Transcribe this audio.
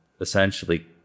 essentially